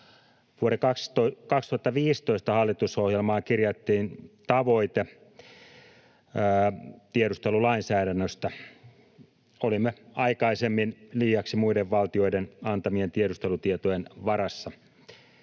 Vuoden 2015 hallitusohjelmaan kirjattiin tavoite tiedustelulainsäädännöstä. Olimme aikaisemmin liiaksi muiden valtioiden antamien tiedustelutietojen varassa.